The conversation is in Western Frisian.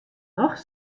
noch